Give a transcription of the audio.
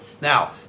Now